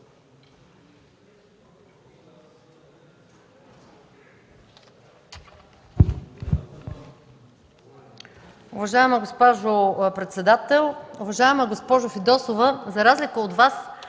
Уважаема госпожо председател! Уважаема госпожо Фидосова, за разлика от Вас,